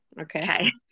Okay